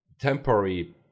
temporary